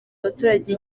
abaturage